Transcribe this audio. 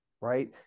right